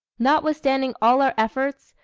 notwithstanding all our efforts,